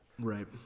Right